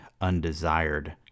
undesired